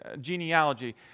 genealogy